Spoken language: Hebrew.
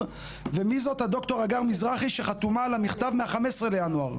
ומי זאת דר' הגר מזרחי שחתומה על המכתב מה-15 לינואר?